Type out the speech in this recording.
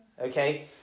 okay